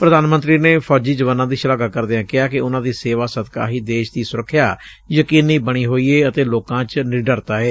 ਪ੍ਰਧਾਨ ਮੰਤਰੀ ਨੇ ਫੌਜੀ ਜਵਾਨਾਂ ਦੀ ਸ਼ਲਾਘਾ ਕਰਦਿਆਂ ਕਿਹਾ ਕਿ ਉਨ੍ਹਾਂ ਦੀ ਸੇਵਾ ਸਦਕਾ ਹੀ ਦੇਸ਼ ਦੀ ਸੁਰੱਖਿਆ ਯਕੀਨੀ ਬਣੀ ਹੋਈ ਏ ਅਤੇ ਲੋਕਾਂ ਚ ਨਿਡਰਤਾ ਏ